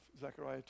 Zechariah